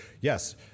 yes